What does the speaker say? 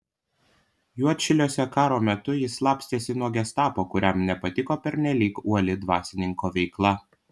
juodšiliuose karo metu jis slapstėsi nuo gestapo kuriam nepatiko pernelyg uoli dvasininko veikla